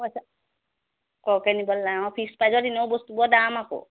পইছা একো কিনিবলে নাই অঁ ফিক্স পাইজৰ এনেও বস্তুবোৰ দাম আকৌ